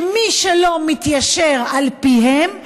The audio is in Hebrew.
ומי שלא מתיישר על פיהם,